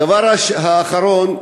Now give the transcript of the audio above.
הדבר האחרון,